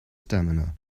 stamina